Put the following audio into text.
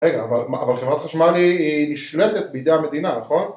רגע, אבל חברת חשמל היא נשלטת בידי המדינה, נכון?